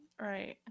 Right